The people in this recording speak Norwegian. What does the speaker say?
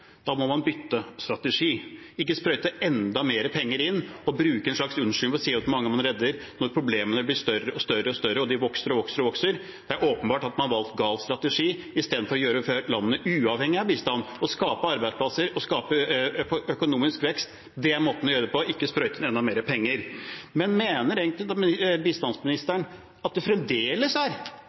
må man bytte strategi, ikke sprøyte enda mer penger inn og bruke som en slags unnskyldning hvor mange man redder, når problemene blir større og større og vokser og vokser. Det er åpenbart at man har valgt gal strategi – istedenfor å gjøre landet uavhengig av bistand, skape arbeidsplasser og skape økonomisk vekst. Det er måten å gjøre det på, ikke sprøyte inn enda mer penger. Mener bistandsministeren at det fremdeles er